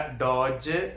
dodge